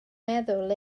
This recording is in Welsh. meddwl